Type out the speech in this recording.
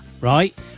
right